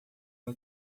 uma